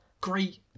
great